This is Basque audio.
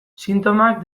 sintomak